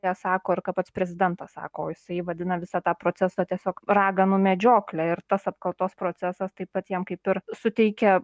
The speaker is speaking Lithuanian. jie sako ir ką pats prezidentas sako o jisai vadina visą tą procesą tiesiog raganų medžiokle ir tas apkaltos procesas taip pat jam kaip ir suteikia